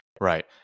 Right